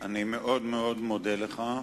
אני מאוד-מאוד מודה לך,